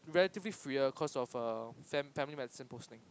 relatively freer cause of err fam~ family medicine posting